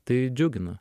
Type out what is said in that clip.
tai džiugina